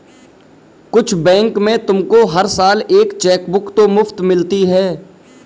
कुछ बैंक में तुमको हर साल एक चेकबुक तो मुफ़्त मिलती है